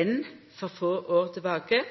enn for få år tilbake.